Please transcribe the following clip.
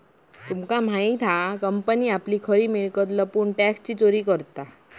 तुमका माहित हा कंपनी आपली खरी मिळकत लपवून टॅक्सची चोरी करता